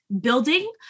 building